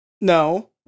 No